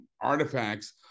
artifacts